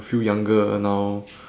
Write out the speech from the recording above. you feel younger now